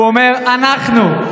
הוא אומר: אנחנו.